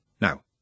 Now